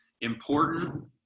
important